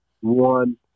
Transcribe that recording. One